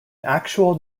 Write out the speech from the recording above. actual